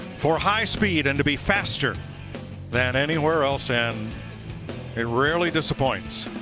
for high speed and to be faster than anywhere else and it really disappoints.